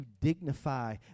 dignify